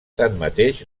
tanmateix